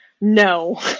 No